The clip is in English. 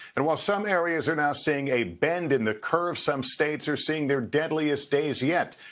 and while some areas are now seeing a bend in the curve, some states are seeing their deadliest days yet.